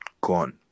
gone